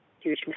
huge